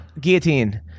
guillotine